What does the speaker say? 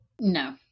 No